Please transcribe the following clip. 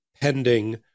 pending